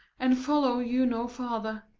and follow you no further.